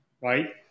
right